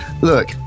Look